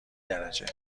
درجه